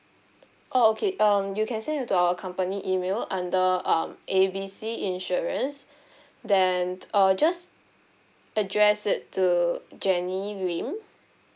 oh okay um you can send it to our company email under um A B C insurance then uh just address it to jenny lim